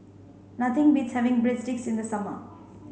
nothing beats having Breadsticks in the summer